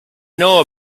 know